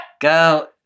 Go